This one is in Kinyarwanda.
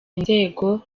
inzego